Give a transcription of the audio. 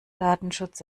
datenschutz